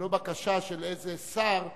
ולא בקשה של איזה שר,